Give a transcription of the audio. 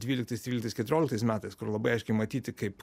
dvyliktais tryliktais keturioliktais metais kur labai aiškiai matyti kaip